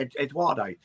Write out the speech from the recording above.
Eduardo